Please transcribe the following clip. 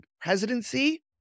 presidency